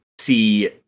see